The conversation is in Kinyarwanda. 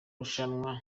rushanwa